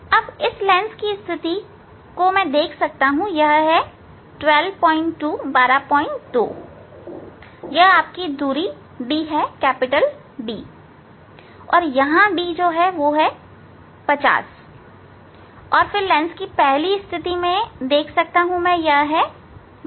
अब इस लेंस की स्थिति मैं देख सकता हूं 122 है यह दूरी D है यहां D 50 है और फिर लेंस की पहली स्थिति मैं देख सकता हूं यह 122 है